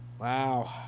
Wow